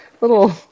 little